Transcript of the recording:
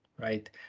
right